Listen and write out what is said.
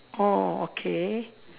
oh okay